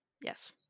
Yes